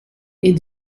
est